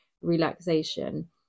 relaxation